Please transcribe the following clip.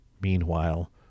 MEANWHILE